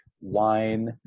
wine